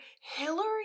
Hillary